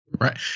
right